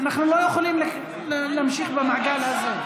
אנחנו לא יכולים להמשיך במעגל הזה.